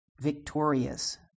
victorious